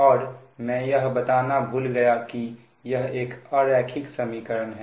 और मैं यह बताना भूल गया कि यह एक अरैखिक समीकरण है